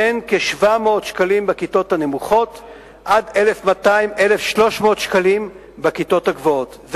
בין כ-700 שקלים בכיתות הנמוכות עד 1,200 1,300 שקלים בכיתות הגבוהות,